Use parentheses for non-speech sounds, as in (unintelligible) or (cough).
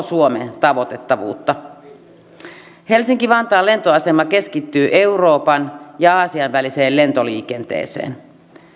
(unintelligible) suomen tavoitettavuutta helsinki vantaan lentoasema keskittyy euroopan ja aasian väliseen lentoliikenteeseen